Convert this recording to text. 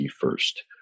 first